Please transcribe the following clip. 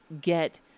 get